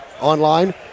online